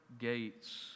gates